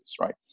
right